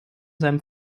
seinem